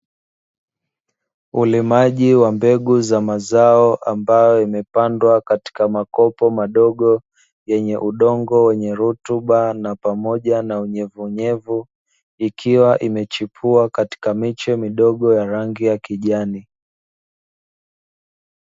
Ulimaji wa mbegu za mazao ambayo yamepandwa katika makopo madogo, yenye udongo wenye rutuba na pamoja na unyevunyevu, ikiwa imechipua katika miche midogo ya rangi ya kijani.